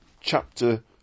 Chapter